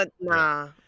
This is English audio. nah